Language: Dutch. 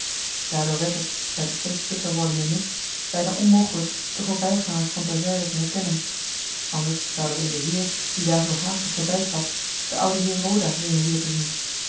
daardoor werd het bij den steeds dikker wordende mist bijna onmogelijk de voorbijgangers van ter zijde te herkennen anders zouden we in den heer die daar zoo haastig voorbijstapt den ouden heer roda meenen weer te zien